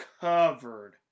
covered